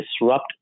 disrupt